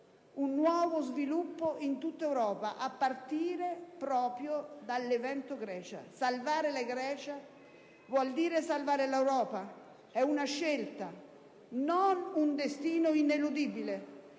un nuovo sviluppo in tutta Europa, a partire proprio dall'evento Grecia. Salvare la Grecia vuol dire salvare l'Europa. È una scelta, non un destino ineludibile.